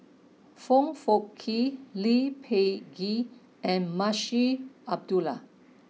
Foong Fook Kay Lee Peh Gee and Munshi Abdullah